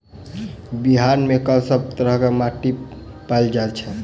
बिहार मे कऽ सब तरहक माटि पैल जाय छै?